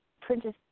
Princess